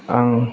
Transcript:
आं